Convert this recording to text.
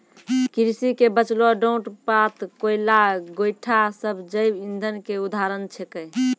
कृषि के बचलो डांट पात, कोयला, गोयठा सब जैव इंधन के उदाहरण छेकै